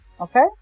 okay